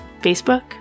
Facebook